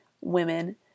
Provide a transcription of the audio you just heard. women